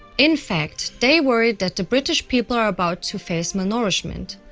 in fact, they worry that the british people are about to face malnourishment.